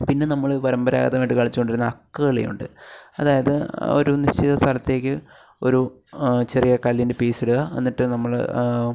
പിന്നെ നമ്മൾ പാരമ്പരാഗതായിട്ട് കളിച്ചു കൊണ്ടിരുന്ന അക്ക് കളിയുണ്ട് അതായത് ഒരു നിശ്ചിത സ്ഥലത്തേക്ക് ഒരു ചെറിയ കല്ലിൻ്റെ പീസ് ഇടുക്ക എന്നിട്ട് നമ്മൾ